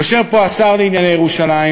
יושב פה השר לענייני ירושלים,